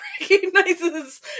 recognizes